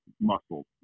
muscle